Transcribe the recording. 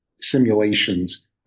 simulations